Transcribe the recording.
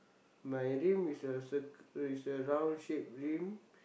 my rim is a circle is a round shape rim